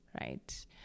right